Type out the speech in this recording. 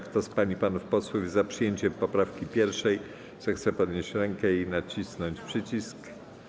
Kto z pań i panów posłów jest za przyjęciem poprawki 1., zechce podnieść rękę i nacisnąć przycisk.